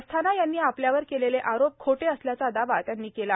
अस्थाना यांनी आपल्यावर केलेले आरोप खोटे असल्याचा दावा त्यांनी केला